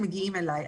מגיעים אלי.